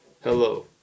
hello